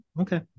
Okay